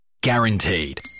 guaranteed